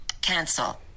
Cancel